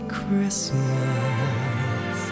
Christmas